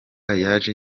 yaje